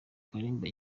kalimba